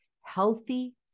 healthy